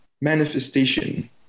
manifestation